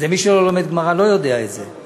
ומי שלא לומד גמרא לא יודע את זה.